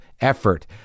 effort